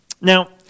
Now